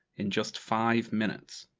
in just five minutes?